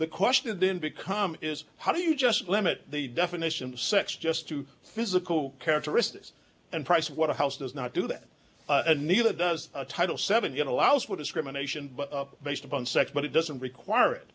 the question then becomes is how do you just limit the definition of sex just to physical characteristics and pricewaterhouse does not do that and neither does a title seven even allow for discrimination based upon sex but it doesn't require it